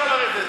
רד.